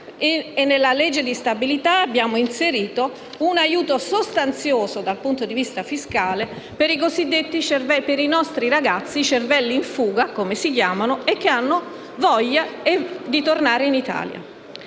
Nella legge di stabilità abbiamo inserito un aiuto sostanzioso, dal punto di vista fiscale, per i nostri ragazzi (i cosiddetti "cervelli in fuga") che hanno voglia di tornare in Italia.